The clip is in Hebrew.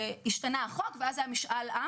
השתנה החוק ואז היה משאל עם